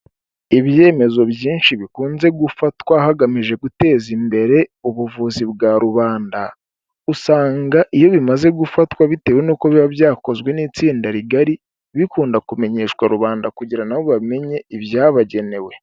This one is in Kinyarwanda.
Ibyemezo byinshi bikunze gufatwa hagamijwe guteza imbere ubuvuzi bwa rubanda, usanga iyo bimaze gufatwa bitewe n'uko biba byakozwe n'itsinda rigari, bikunda kumenyeshwa rubanda, kugira na bo bamenye ibyabagenewe.